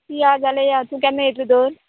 या जाले या तूं केन्ना येतली तर